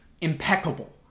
Impeccable